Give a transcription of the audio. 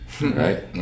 right